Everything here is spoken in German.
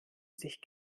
sich